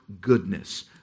goodness